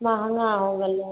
महँगा हो गेलै